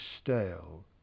stale